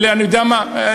לאני יודע מה,